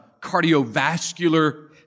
cardiovascular